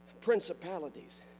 principalities